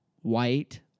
white